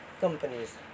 companies